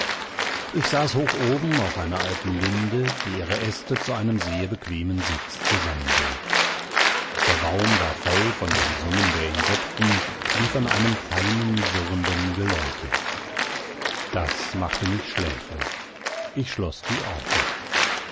ich saß hoch oben auf einer alten linde die ihre äste zu einem sehr bequemen sitz zusammenbog der baum war voll von dem summen der insekten wie von einem feinen surrenden geläute das macht schläfrig ich schloß die augen